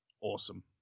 awesome